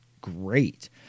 great